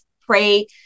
pray